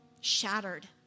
shattered